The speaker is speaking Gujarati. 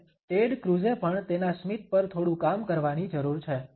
અને ટેડ ક્રુઝે પણ તેના સ્મિત પર થોડું કામ કરવાની જરૂર છે